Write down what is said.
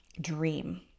dream